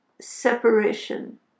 separation